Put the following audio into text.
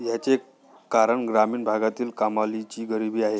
याचे कारण ग्रामीण भागांतील कमालीची गरिबी आहे